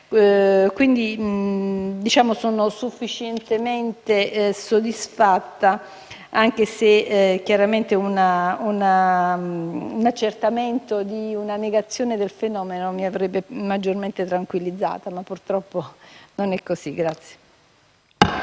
all'età adulta. Sono sufficientemente soddisfatta anche se, chiaramente, un accertamento di una negazione del fenomeno mi avrebbe maggiormente tranquillizzato, ma purtroppo non è così.